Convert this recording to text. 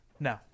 No